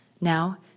Now